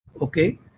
okay